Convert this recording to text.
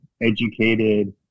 educated